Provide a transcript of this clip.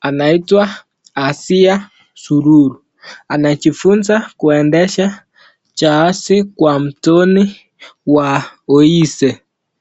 anaitwa Asiya sururu anajifunza kuendesha jaazi kwa mtoni wa oise.